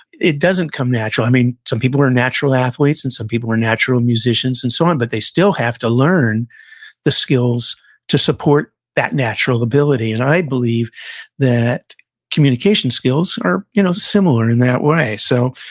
it doesn't come natural. i mean, some people are natural athletes, and some people are natural musicians, and so on, but they still have to learn the skills to support that natural ability. and i believe that communication skills are you know similar in that way. so,